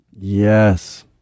Yes